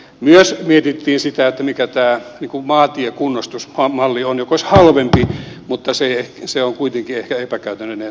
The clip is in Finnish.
myös mietittiin sitä mikä tämä maantiekunnostusmalli on joka olisi halvempi mutta se on kuitenkin ehkä epäkäytännöllinen tapa toimia